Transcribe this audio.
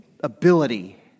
ability